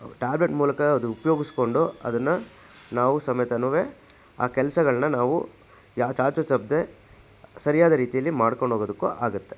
tablet ಮೂಲಕ ಅದು ಉಪಯೋಗ್ಸ್ಕೊಂಡು ಅದನ್ನು ನಾವು ಸಮೇತನು ಆ ಕೆಲಸಗಳನ್ನ ನಾವು ಯಾ ಚಾಚೂ ತಪ್ಪದೆ ಸರಿಯಾದ ರೀತಿಯಲ್ಲಿ ಮಾಡ್ಕೊಂಡು ಹೋಗೋದಕ್ಕೂ ಆಗುತ್ತೆ